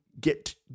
get